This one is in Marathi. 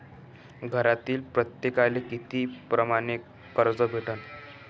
घरातील प्रत्येकाले किती परमाने कर्ज भेटन?